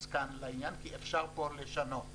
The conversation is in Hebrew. כאן לעניין כי אפשר פה לשנות דברים.